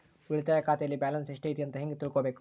ಉಳಿತಾಯ ಖಾತೆಯಲ್ಲಿ ಬ್ಯಾಲೆನ್ಸ್ ಎಷ್ಟೈತಿ ಅಂತ ಹೆಂಗ ತಿಳ್ಕೊಬೇಕು?